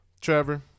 trevor